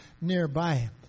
nearby